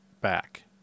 back